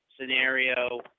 scenario